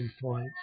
point